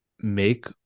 make